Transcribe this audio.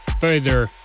further